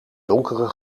donkere